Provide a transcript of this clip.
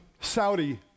Saudi